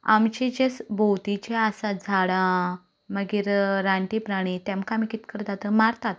आमची जे स् भोंवतीचे आसात झाडां मागीर रानटी प्राणी तेमकां आमी कितें करतात मारतात